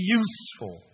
useful